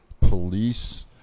police